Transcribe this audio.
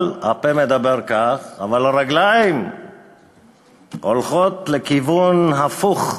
הפה מדבר כך, אבל הרגליים הולכות לכיוון הפוך,